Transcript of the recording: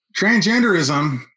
transgenderism